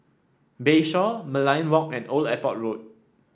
Bayshore Merlion Walk and Old Airport Road